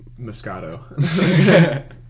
Moscato